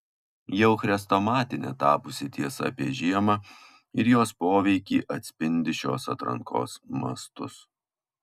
jau chrestomatine tapusi tiesa apie žiemą ir jos poveikį atspindi šios atrankos mastus